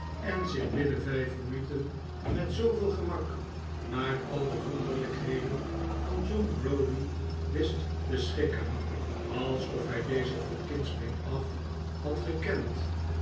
en zich binnen vijf minuten met zooveel gemak naar al de wonderlijkheden van john browdie wist te schikken alsof hij dezen van kindsbeen af had gekend